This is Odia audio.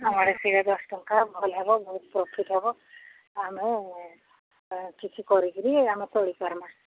ଆମଆଡ଼େ ସେଇଆ ଦଶଟଙ୍କା ଭଲ ହେବ ବହୁତ ପ୍ରଫିଟ୍ ହେବ ଆମେ କିଛି କରିକିରି ଆମେ ଚଳି ପାରିବା